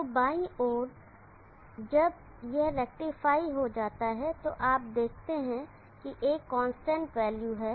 तो बाईं ओर जब यहरेक्टिफाई हो जाता है तो आप देखते हैं कि यह एक कांस्टेंट वैल्यू है